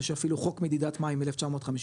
יש אפילו חוק מדידת מים מ-1956,